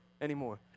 anymore